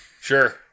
Sure